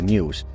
News